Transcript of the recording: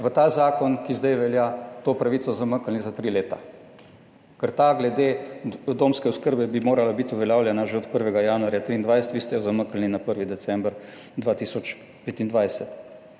v ta zakon, ki zdaj velja, to pravico zamaknili za tri leta, ker ta glede domske oskrbe bi morala biti uveljavljena že od 1. januarja 2023, vi ste jo zamaknili na 1. december 2025.